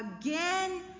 again